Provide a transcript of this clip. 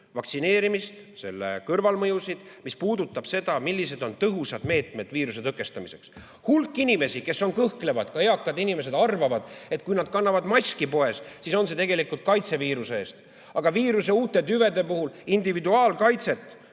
vaktsineerimist, selle kõrvalmõjusid, mis puudutab seda, millised on tõhusad meetmed viiruse tõkestamiseks. Hulk inimesi, kes kõhklevad, ka eakad inimesed, arvavad, et kui nad kannavad poes maski, siis on see tegelikult kaitse viiruse eest. Aga viiruse uute tüvede puhul individuaalkaitset